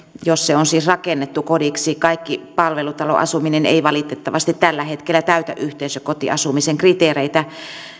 jos se on siis rakennettu kodiksi kaikki palvelutaloasuminen ei valitettavasti tällä hetkellä täytä yhteisökotiasumisen kriteereitä